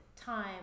time